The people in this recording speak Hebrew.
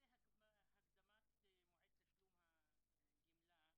היום 27.11.2018, י"ט בכסלו, התשע"ט.